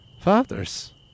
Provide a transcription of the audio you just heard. Fathers